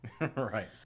Right